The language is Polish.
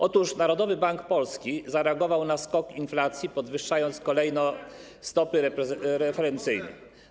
Otóż Narodowy Bank Polski zareagował na skok inflacji, podwyższając kolejno stopy referencyjne.